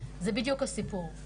זה בדיוק הסיפור.